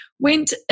Went